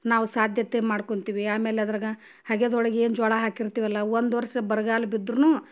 ನಾವು ಸಾಧ್ಯತೆ ಮಾಡ್ಕೊತೀವಿ ಆಮೇಲೆ ಅದ್ರಗ ಹಗೆದೊಳ್ಗೆ ಏನು ಜ್ವಾಳ ಹಾಕಿರ್ತೀವಲ್ಲ ಒಂದು ವರ್ಷ ಬರಗಾಲ ಬಿದ್ದರೂನು